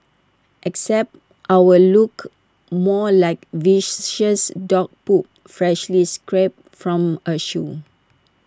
except ours looked more like viscous dog poop freshly scraped from A shoe